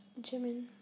Jimin